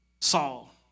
Saul